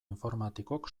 informatikok